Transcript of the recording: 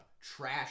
Trash